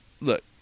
look